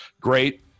great